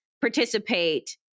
participate